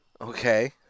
Okay